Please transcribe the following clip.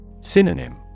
Synonym